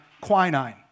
quinine